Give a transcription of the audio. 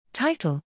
Title